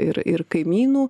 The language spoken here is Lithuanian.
ir ir kaimynų